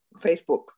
Facebook